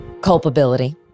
culpability